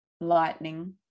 Lightning